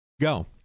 Go